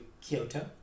Kyoto